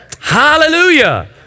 Hallelujah